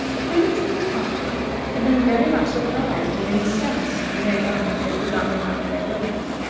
the prince and his party had been very much surprised and incensed when they found that they could not get out of their rooms,